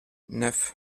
neuf